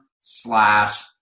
slash